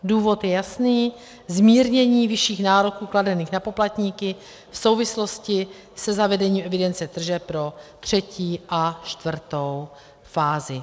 Důvod je jasný: zmírnění vyšších nároků kladených na poplatníky v souvislosti se zavedením evidence tržeb pro třetí a čtvrtou fázi.